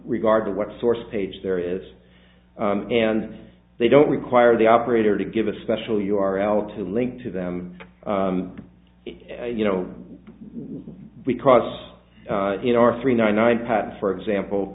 regard to what source page there is and they don't require the operator to give a special u r l to link to them you know because in our three nine i pad for example